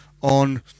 on